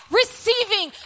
receiving